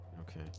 Okay